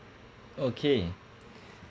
okay